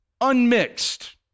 unmixed